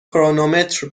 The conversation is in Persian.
کرونومتر